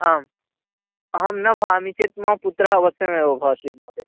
आम् अहं न भवामि चेत् मम पुत्रः अवश्यमेव भवति महोदयः